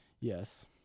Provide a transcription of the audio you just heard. Yes